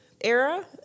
era